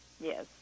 Yes